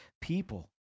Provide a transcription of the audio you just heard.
people